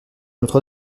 notre